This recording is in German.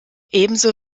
ebenso